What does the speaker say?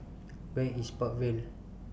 Where IS Park Vale